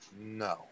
No